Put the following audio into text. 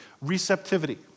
receptivity